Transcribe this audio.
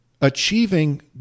achieving